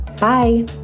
Bye